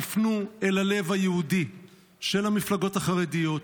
תפנו אל הלב היהודי של המפלגות החרדיות,